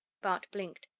bart blinked.